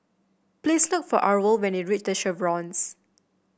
please look for Arvel when you reach The Chevrons